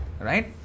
right